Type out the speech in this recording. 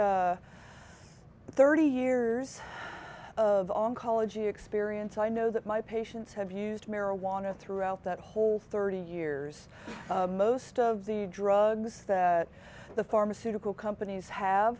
thirty years of on college experience i know that my patients have used marijuana throughout that whole thirty years most of the drugs that the pharmaceutical companies have